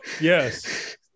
Yes